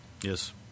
Yes